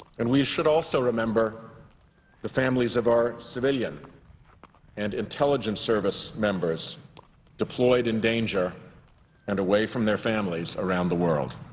and we should also remember the families of our civilian and intelligence service members deployed in danger and away from their families around the world.